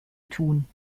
tun